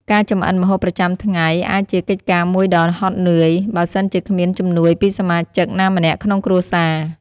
ការចម្អិនម្ហូបប្រចាំថ្ងៃអាចជាកិច្ចការមួយដ៏ហត់នឿយ បើសិនជាគ្មានជំនួយពីសមាជិកណាម្នាក់ក្នុងគ្រួសារ។